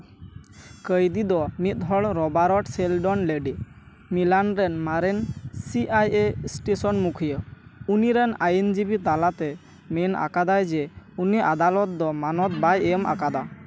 ᱠᱟᱹᱭᱫᱷᱤ ᱫᱚ ᱢᱤᱫ ᱦᱚᱲ ᱨᱚᱵᱟᱨᱴ ᱥᱮᱞᱰᱚᱱ ᱞᱮᱰᱤ ᱢᱮᱞᱟᱱ ᱨᱮᱱ ᱢᱟᱨᱮᱱ ᱥᱤ ᱟᱭ ᱮ ᱥᱴᱮᱥᱚᱱ ᱢᱩᱠᱷᱤᱭᱟᱹ ᱱᱤ ᱨᱮᱱ ᱟᱭᱤᱱ ᱡᱤᱵᱤ ᱛᱟᱞᱟᱛᱮ ᱢᱮᱱ ᱟᱠᱟᱫᱟᱭ ᱡᱮ ᱩᱱᱤ ᱟᱫᱟᱞᱚᱛ ᱫᱚ ᱢᱟᱱᱚᱛ ᱵᱟᱭ ᱮᱢ ᱟᱠᱟᱫᱟ